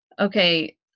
okay